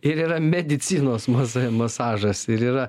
ir yra medicinos masa masažas ir yra